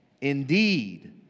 Indeed